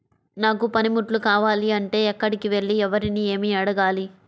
నాకు పనిముట్లు కావాలి అంటే ఎక్కడికి వెళ్లి ఎవరిని ఏమి అడగాలి?